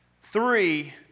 three